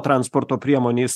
transporto priemonės